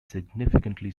significantly